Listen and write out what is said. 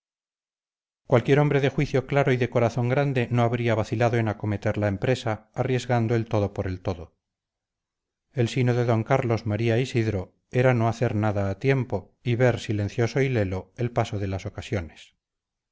cualquier hombre de juicio claro y de corazón grande no habría vacilado en acometer la empresa arriesgando el todo por el todo el sino de d carlos maría isidro era no hacer nada a tiempo y ver silencioso y lelo el paso de las ocasiones